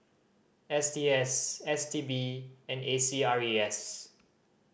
S T S S T B and A C R E S